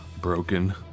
Broken